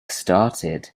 started